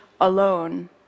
alone